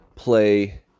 play